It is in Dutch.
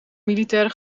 militaire